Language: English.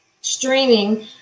streaming